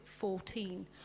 14